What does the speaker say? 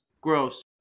Gross